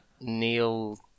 Neil